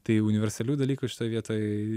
tai universalių dalykų šitoj vietoj